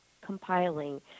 compiling